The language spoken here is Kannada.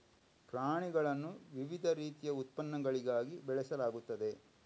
ಪ್ರಾಣಿಗಳನ್ನು ವಿವಿಧ ರೀತಿಯ ಉತ್ಪನ್ನಗಳಿಗಾಗಿ ಬೆಳೆಸಲಾಗುತ್ತದೆ